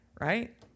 Right